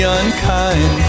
unkind